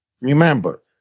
Remember